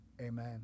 amen